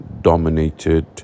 dominated